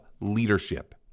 leadership